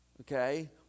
okay